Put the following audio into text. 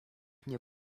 nie